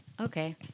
Okay